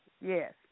Yes